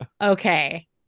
Okay